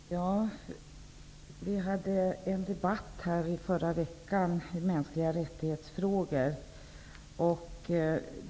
Fru talman! Vi hade en debatt här i förra veckan i frågor om mänskliga rättigheter.